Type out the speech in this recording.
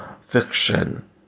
fiction